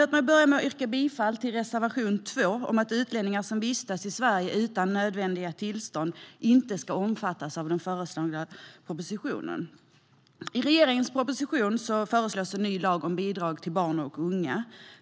Låt mig börja med att yrka bifall till reservation 2 om att utlänningar som vistas i Sverige utan nödvändiga tillstånd inte ska omfattas av den föreslagna propositionen. I regeringens proposition föreslås en ny lag om glasögonbidrag till barn och unga.